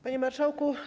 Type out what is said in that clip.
Panie Marszałku!